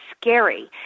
scary